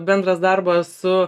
bendras darbas su